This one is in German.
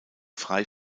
frei